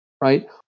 right